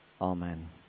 Amen